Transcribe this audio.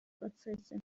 процессе